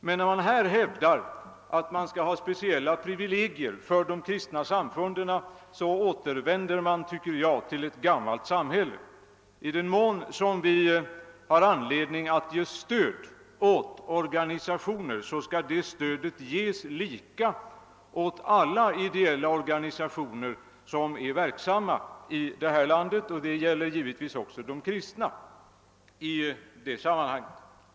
| Men när man hävdar att det bör finnas speciella privilegier för de kristna samfunden så tycker jag att man återvänder till det gamla samhället. I den mån vi har anledning att ge stöd åt organisationerna, så skall det stödet utgå lika till alla ideella organisationer i landet — detta gäller givetvis också de kristna samfunden.